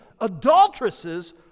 adulteresses